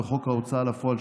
וחוק ההוצאה לפועל,